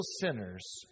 sinners